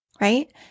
right